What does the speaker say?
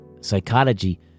psychology